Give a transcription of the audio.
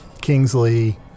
Kingsley